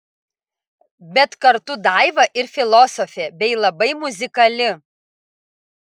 bet kartu daiva ir filosofė bei labai muzikali